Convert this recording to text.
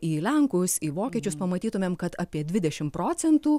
į lenkus į vokiečius pamatytumėm kad apie dvidešim procentų